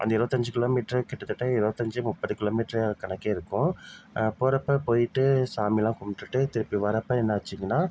அந்த இருபத்தஞ்சு கிலோமீட்ரு கிட்டத்தட்ட இருபத்தஞ்சு முப்பது கிலோமீட்ரு தான் கணக்கே இருக்கும் போகிறப்ப போய்ட்டு சாமிலாம் கும்பிட்டுட்டு திருப்பி வர்றப்போ என்னாச்சுங்கன்னா